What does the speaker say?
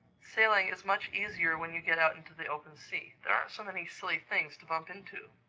sailing is much easier when you get out into the open sea. there aren't so many silly things to bump into.